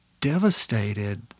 Devastated